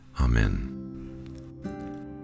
Amen